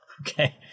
okay